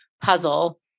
puzzle